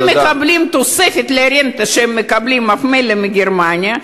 הם מקבלים תוספת לרנטה שהם מקבלים ממילא מגרמניה,